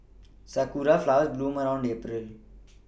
sakura flowers bloom around April